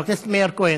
חבר הכנסת מאיר כהן.